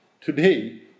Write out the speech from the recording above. Today